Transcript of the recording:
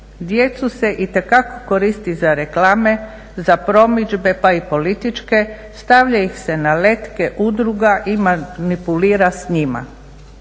Djecu se itekako koristi za reklame, za promidžbe pa i političke, stavlja ih se na letke udruga i manipulira s njima.